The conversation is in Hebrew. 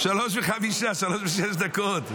03:05, 03:06 דקות.